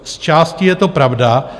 Zčásti je to pravda.